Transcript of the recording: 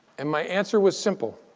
and my answer was simple,